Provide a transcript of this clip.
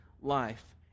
life